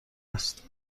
است